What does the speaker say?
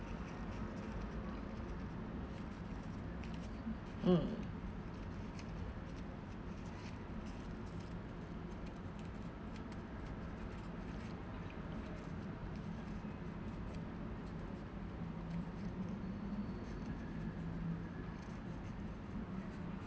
mm